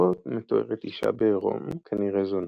שבו מתוארת אישה בעירום – כנראה זונה,